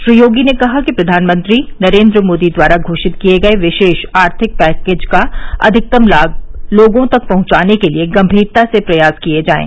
श्री योगी ने कहा कि प्रधानमंत्री नरेंद्र मोदी द्वारा घोषित किए गए विशेष आर्थिक पैकेज का अधिकतम लाभ लोगों तक पहुंचाने के लिए गंभीरता से प्रयास किए जाएं